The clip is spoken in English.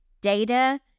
data